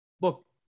look